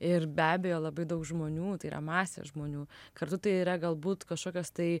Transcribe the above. ir be abejo labai daug žmonių tai yra masė žmonių kartu tai yra galbūt kažkokios tai